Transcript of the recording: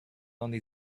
only